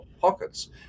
pockets